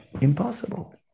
impossible